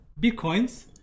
bitcoins